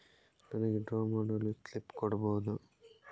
ನನಿಗೆ ಡ್ರಾ ಮಾಡಲು ಸ್ಲಿಪ್ ಕೊಡ್ಬಹುದಾ?